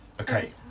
Okay